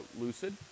lucid